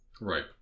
Right